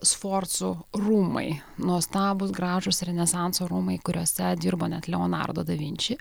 sforcų rūmai nuostabūs gražūs renesanso rūmai kuriuose dirbo net leonardo da vinči